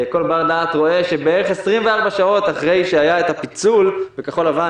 כל בר דעת רואה שבערך 24 שעות אחרי שהיה הפיצול בכחול לבן,